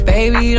Baby